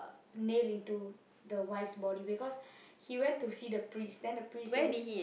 nail to the wife's body because he went to see the priest then the priest say